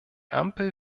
ampel